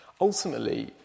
Ultimately